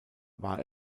war